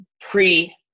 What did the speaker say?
pre